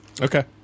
Okay